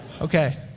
okay